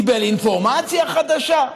קיבל אינפורמציה חדשה?